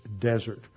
desert